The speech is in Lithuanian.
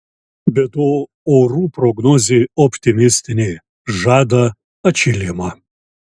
be to orų prognozė optimistinė žada atšilimą